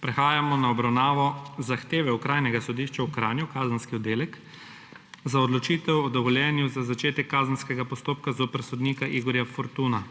Prehajamo na obravnavo **Zahteve Okrajnega sodišča v Kranju, Kazenski oddelek, za odločitev o dovoljenju za začetek kazenskega postopka zoper sodnika Igorja Fortuna.**